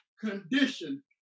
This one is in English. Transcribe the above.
condition